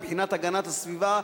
מבחינת הגנת הסביבה,